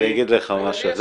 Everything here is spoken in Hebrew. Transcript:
אני אגיד לך משהו,